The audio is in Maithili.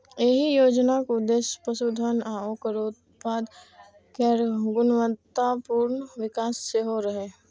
एहि योजनाक उद्देश्य पशुधन आ ओकर उत्पाद केर गुणवत्तापूर्ण विकास सेहो रहै